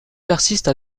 persiste